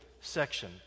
section